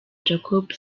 jacob